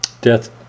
Death